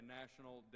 national